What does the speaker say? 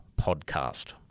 podcast